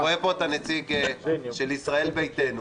אני רואה פה את הנציג של ישראל ביתנו